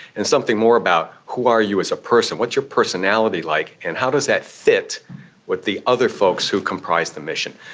and something more about who are you as a person, what's your personality like and how does that fit with the other folks who comprise the mission.